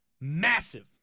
massive